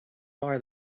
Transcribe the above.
fearr